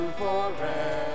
forever